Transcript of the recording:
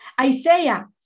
Isaiah